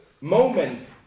moment